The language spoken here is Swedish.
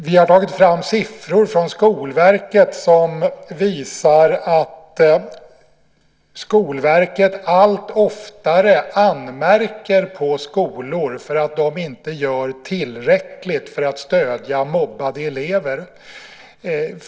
Vi har tagit fram siffror från Skolverket som visar att Skolverket allt oftare anmärker på skolor för att de inte gör tillräckligt för att stödja mobbade elever.